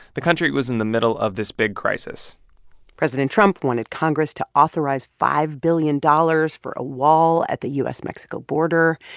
the country was in the middle of this big crisis president trump wanted congress to authorize five billion dollars for a wall at the u s mexico border.